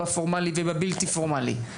בפורמלי ובבלתי פורמלי.